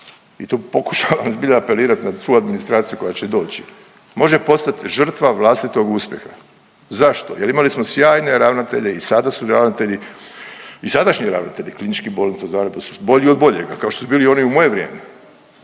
i to pokušavam zbilja apelirat na svu administraciju koja će doći, može postati žrtva vlastitog uspjeha. Zašto? Jel imali smo sjajne ravnatelje i sada su ravnatelji i sadašnji ravnatelji KB Zagreb su bolji od boljega, kao što su bili i oni u moje vrijeme